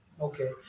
Okay